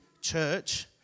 church